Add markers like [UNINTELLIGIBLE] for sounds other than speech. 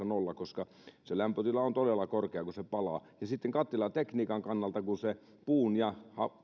[UNINTELLIGIBLE] nolla koska se lämpötila on todella korkea kun se palaa ja sitten kattilatekniikan kannalta kun se puun ja